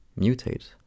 mutate